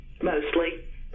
Mostly